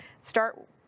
start